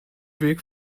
weg